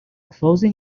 closing